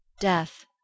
Death